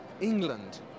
England